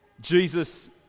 Jesus